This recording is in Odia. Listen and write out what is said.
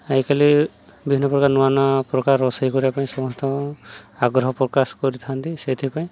ଆଜିକାଲି ବିଭିନ୍ନ ପ୍ରକାର ନୂଆ ନୂଆ ପ୍ରକାର ରୋଷେଇ କରିବା ପାଇଁ ସମସ୍ତ ଆଗ୍ରହ ପ୍ରକାଶ କରିଥାନ୍ତି ସେଇଥିପାଇଁ